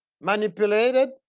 manipulated